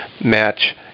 match